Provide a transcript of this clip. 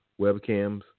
webcams